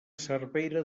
cervera